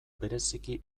bereziki